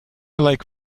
like